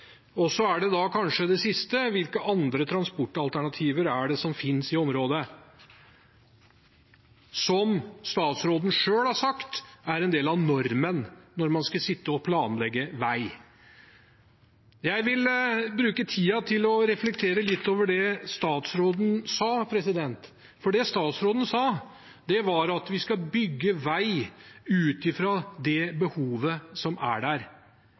Det siste er hvilke andre transportalternativer som finnes i området – noe statsråden selv har sagt er en del av normen når man skal sitte og planlegge vei. Jeg vil bruke tiden til å reflektere litt over det statsråden sa. Det han sa, var at vi skal bygge vei ut fra det behovet som er der.